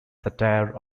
satire